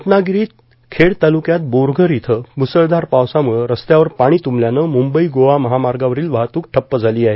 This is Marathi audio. रत्नागिरीत खेड तालुक्यात बोरघर इथं मुसळधार पावसामुळं रस्त्यावर पाणी तुंबल्यानं मुंबई गोवा महामार्गावरील वाहतूक ठप्प झाली आहे